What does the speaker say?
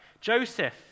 Joseph